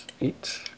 Eight